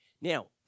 Now